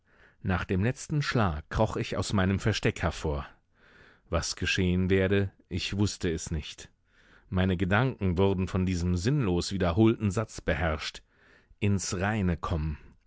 nach dem letzten schlag kroch ich aus meinem versteck hervor was geschehen werde ich wußte es nicht meine gedanken wurden von diesem sinnlos wiederholten satz beherrscht ins reine kommen